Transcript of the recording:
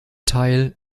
teil